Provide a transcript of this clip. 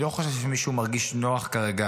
אני לא חושב שמישהו מרגיש נוח כרגע